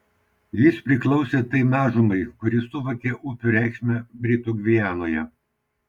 jis priklausė tai mažumai kuri suvokė upių reikšmę britų gvianoje